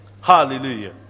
Hallelujah